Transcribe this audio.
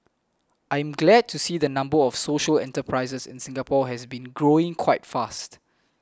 I'm glad to see the number of social enterprises in Singapore has been growing quite fast